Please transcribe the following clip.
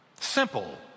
Simple